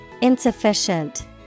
insufficient